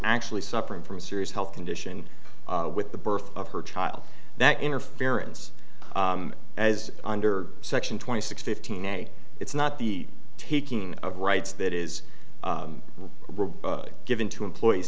actually suffering from a serious health condition with the birth of her child that interference as under section twenty six fifteen a it's not the taking of rights that is given to employees